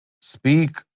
speak